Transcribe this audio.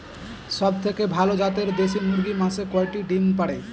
সবথেকে ভালো জাতের দেশি মুরগি মাসে কয়টি ডিম পাড়ে?